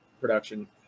production